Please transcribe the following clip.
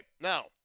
now